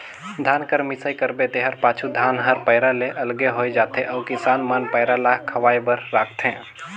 धान कर मिसाई करबे तेकर पाछू धान हर पैरा ले अलगे होए जाथे अउ किसान मन पैरा ल खवाए बर राखथें